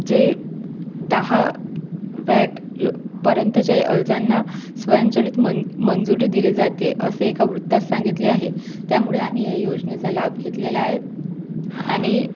जे दहा वॅट यो पर्यंतच्याही अर्जांना स्वयंचलित मं मंजूरी दिली जाते आहे असे एका वृत्तात सांगितले आहे त्यामुळे आम्ही या योजनेचा लाभ घेतलेला आहे आणि